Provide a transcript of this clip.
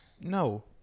No